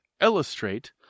illustrate